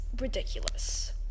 ridiculous